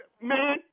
Man